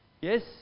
Yes